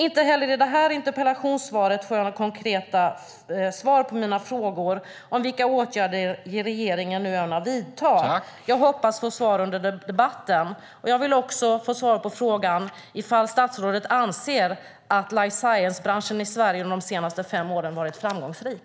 Inte heller i det här interpellationssvaret får jag några konkreta svar på mina frågor om vilka åtgärder regeringen nu ämnar vidta. Jag hoppas få svar under debatten. Jag vill också få svar på frågan om statsrådet anser att life science-branschen i Sverige de senaste fem åren har varit framgångsrik.